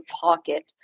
pocket